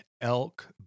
elk